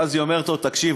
ואז היא אומרת לו: תקשיב,